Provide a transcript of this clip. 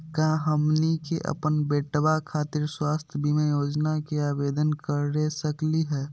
का हमनी के अपन बेटवा खातिर स्वास्थ्य बीमा योजना के आवेदन करे सकली हे?